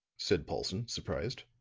said paulson, surprised.